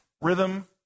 rhythm